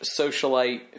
socialite